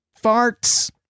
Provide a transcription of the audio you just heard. Farts